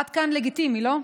עד כאן לגיטימי, לא?